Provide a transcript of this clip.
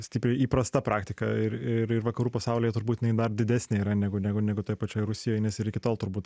stipriai įprasta praktika ir ir ir vakarų pasaulyje turbūt jinai dar didesnė yra negu negu negu toj pačioj rusijoj nes ir iki tol turbūt